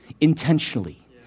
intentionally